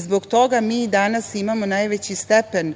Zbog toga mi danas imamo najveći stepen,